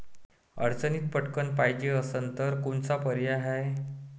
अडचणीत पटकण पायजे असन तर कोनचा पर्याय हाय?